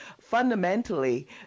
fundamentally